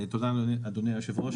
תודה אדוני היושב-ראש,